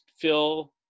fill